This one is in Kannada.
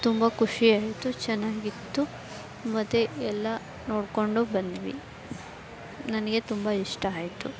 ತುಂಬ ಖುಷಿಯಾಯಿತು ಚೆನ್ನಾಗಿತ್ತು ಮತ್ತು ಎಲ್ಲ ನೋಡಿಕೊಂಡು ಬಂದ್ವಿ ನನಗೆ ತುಂಬ ಇಷ್ಟ ಆಯಿತು